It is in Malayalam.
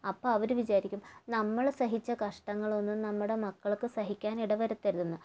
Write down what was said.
അപ്പം അവര് വിചാരിക്കും നമ്മള് സഹിച്ച കഷ്ടങ്ങളൊന്നും നമ്മുടെ മക്കൾക്ക് സഹിക്കാൻ ഇടവരുത്തരുതെന്ന്